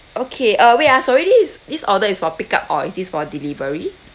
okay uh wait ah so this this order is for pick up or is this for delivery